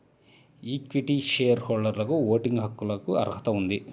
equity share హోల్డర్లకుఓటింగ్ హక్కులకుఅర్హత ఉంది